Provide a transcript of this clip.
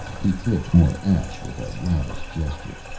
he flicked more ash with a lavish gesture.